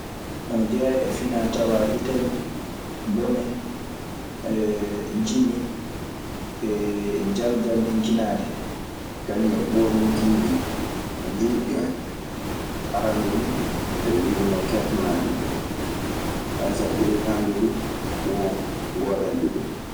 Anajea e fina tawa itali ɓomee, jimi, e jaljalnikinade. Kañun e ɓoornukiiji juutɗi en. Arannde nii eɓe njoginoo keertanaaɗi ɓe. so a ƴeewii hannde duu, won goodanɗi ɓe. Jonnon innde muuɗun hono ɓe noddirta ɗun e haalaaji maɓɓe ɗii.